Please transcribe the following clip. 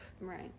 Right